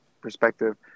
perspective